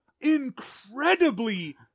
incredibly